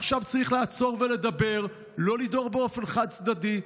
עכשיו צריך לעצור ולדבר, לא לדהור באופן חד-צדדי.